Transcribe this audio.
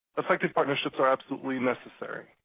effective partnerships are absolutely necessary.